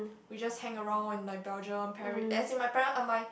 we just hang around in like Belgium Paris as in my parent ah my